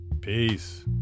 Peace